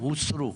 יוסרו.